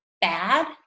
bad